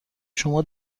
شما